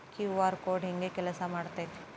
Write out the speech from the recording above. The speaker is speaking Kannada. ಕ್ಯೂ.ಆರ್ ಕೋಡ್ ಹೆಂಗ ಕೆಲಸ ಮಾಡುತ್ತೆ?